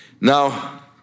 Now